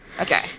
Okay